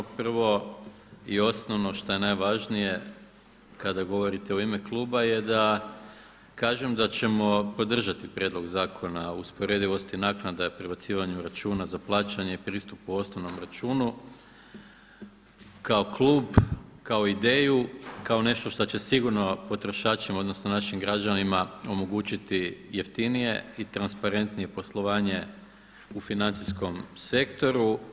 Prvo i osnovno što je najvažnije kada govorite u ime kluba je da ćemo podržati Prijedlog zakona o usporedivosti naknada, prebacivanju računa za plaćanje i pristupu osnovnom računu kao klub, kao ideju, kao nešto što će sigurno potrošačima, odnosno našim građanima omogućiti jeftinije i transparentnije poslovanje u financijskom sektoru.